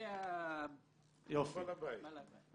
אני בעל הבית.